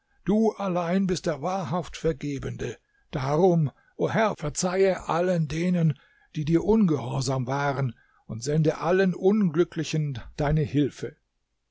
du allein bist der wahrhaft vergebende darum o herr verzeihe allen denen die dir ungehorsam waren und sende allen unglücklichen deine hilfe